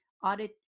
Audit